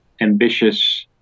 ambitious